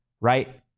right